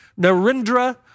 Narendra